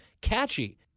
catchy